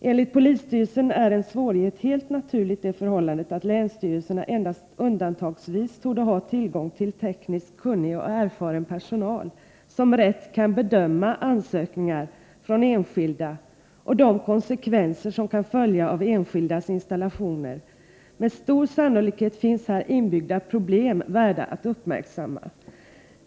Enligt polisstyrelsen är en svårighet helt naturligt det förhållandet att länsstyrelserna endast undantagsvis torde ha tillgång till tekniskt kunnig och erfaren personal som rätt kan bedöma ansökningar från enskilda och de konsekvenser som kan följa av enskildas installationer. Med stor sannolikhet finns här inbyggda problem värda att uppmärksamma.